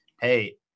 Hey